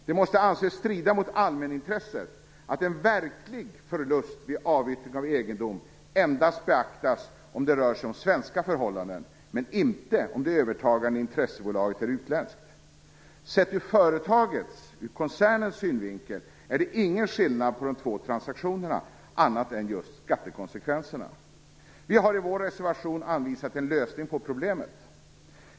Det måste anses strida mot allmänintresset att en verklig förlust vid avyttring av egendom endast beaktas om det rör sig om svenska förhållanden, men inte om det övertagande intressebolaget är utländskt. Sett ur företagets, koncernens, synvinkel är det ingen skillnad på de två transaktionerna, annat än skattekonsekvenserna. Vi har i vår reservation anvisat en lösning på problemet.